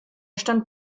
stand